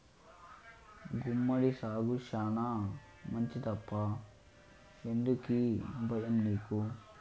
గుమ్మడి సాగు శానా మంచిదప్పా ఎందుకీ బయ్యం నీకు